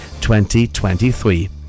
2023